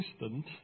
assistant